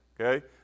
Okay